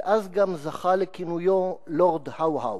ואז גם זכה לכינויו "לורד האו האו".